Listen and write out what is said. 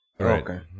Okay